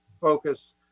focus